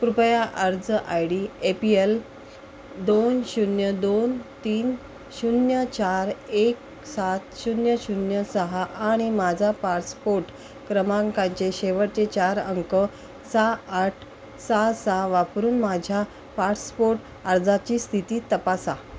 कृपया अर्ज I D A P L दोन शून्य दोन तीन शून्य चार एक सात शून्य शून्य सहा आणि माझा पासपोर्ट क्रमांकाचे शेवटचे चार अंक सा आठ सहा सहा वापरून माझ्या पासपोर्ट अर्जाची स्थिती तपासा